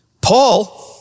Paul